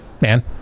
man